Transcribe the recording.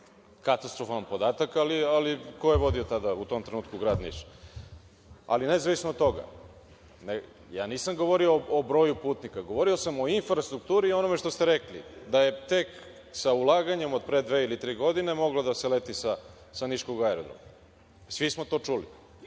katastrofalan podatak, ali ko je vodio tada, u tom trenutku grad Niš? Ali, nezavisno od toga, ja nisam govorio o broju putnika, govorio sam o infrastrukturi i onome što ste rekli, da je tek sa ulaganjem od pre dve ili tri godine moglo da se leti sa niškog aerodroma. Svi smo to čuli.